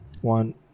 One